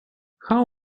how